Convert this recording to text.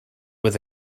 with